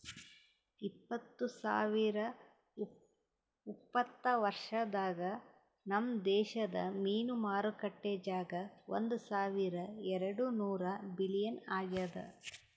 ಇಪ್ಪತ್ತು ಸಾವಿರ ಉಪತ್ತ ವರ್ಷದಾಗ್ ನಮ್ ದೇಶದ್ ಮೀನು ಮಾರುಕಟ್ಟೆ ಜಾಗ ಒಂದ್ ಸಾವಿರ ಎರಡು ನೂರ ಬಿಲಿಯನ್ ಆಗ್ಯದ್